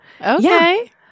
Okay